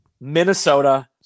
Minnesota